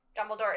Dumbledore